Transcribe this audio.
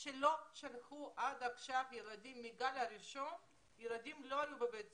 שמאז הגל הראשון לא שלחו את הילדים שלהם לבית הספר,